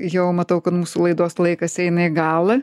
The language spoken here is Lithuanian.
jau matau kad mūsų laidos laikas eina į galą